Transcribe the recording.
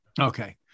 Okay